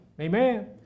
Amen